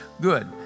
good